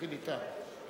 נתחיל אתה.